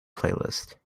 playlist